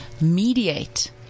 Mediate